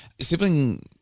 sibling-